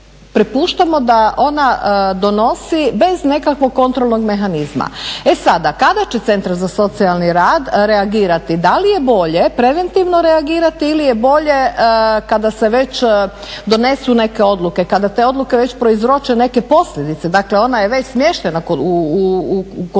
prepuštamo da ona donosi bez nekakvog kontrolnog mehanizma. E sada, kada će centar za socijalni rad reagirati? Da li je bolje preventivno reagirati ili je bolje kada se već donesu neke odluke, kada te odluke već prouzroče neke posljedice. Dakle ona je već smještena, već